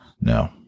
no